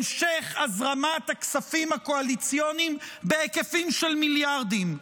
המשך הזרמת הכספים הקואליציוניים בהיקפים של מיליארדים,